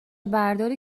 برداری